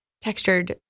textured